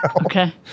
Okay